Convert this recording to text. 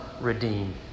redeem